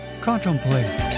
Contemplate